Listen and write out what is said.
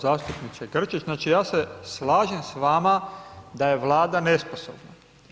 Zastupniče Grčić znači ja se slažem s vama da je Vlada nesposobna.